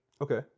Okay